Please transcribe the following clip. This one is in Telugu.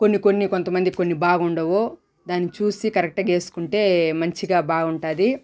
కొన్ని కొన్ని కొంతమందికి కొన్ని బాగుండవు దాని చూసి కరెక్ట్గా వేసుకుంటే మంచిగా బాగుంటుంది